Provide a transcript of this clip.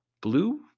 blue